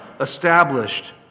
established